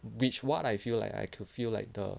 which what I feel like I could feel like the